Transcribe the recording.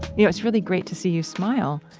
you know, it's really great to see you smile.